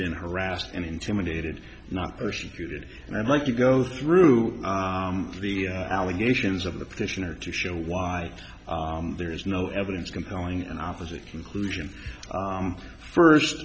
been harassed and intimidated not persecuted and i'd like to go through the allegations of the petitioner to show why there is no evidence compelling an opposite conclusion first